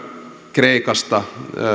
kreikasta